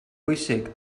bwysig